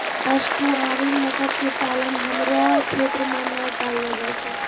estuarine मत्स्य पालन हमरो क्षेत्र मे नै पैलो जाय छै